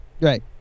Right